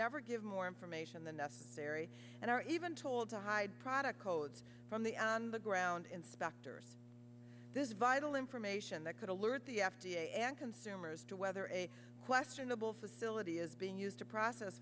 never give more information than necessary and are even told to hide product codes from the on the ground inspectors this vital information that could alert the f d a and consumers to whether a questionable facility is being used to process